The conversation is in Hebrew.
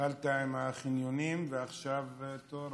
התחלת עם החניונים, ועכשיו תור